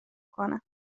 کنم